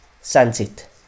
sunset